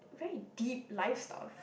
very deep life stuff